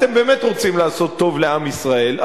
אתם באמת רוצים לעשות טוב לעם ישראל,